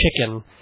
chicken